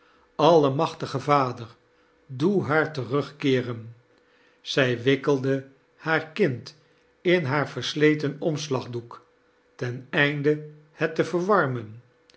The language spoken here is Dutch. terugkeeren almachtige vadea doe haar terugkeeren zij wikkelde haar kind in haar versleten omslagdoek teneinde het te verwarmen